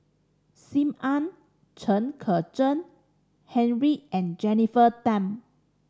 Sim Ann Chen Kezhan Henri and Jennifer Tham